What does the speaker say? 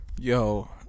Yo